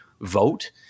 vote